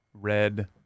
red